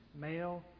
male